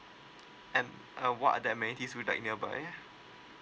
and uh what are the amenities would you like nearby